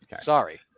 Sorry